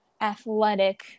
athletic